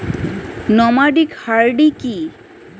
Nomadic হার্ডি কি?